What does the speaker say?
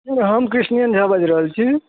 हम रामकृष्णनन्दन झा बाजि रहल छी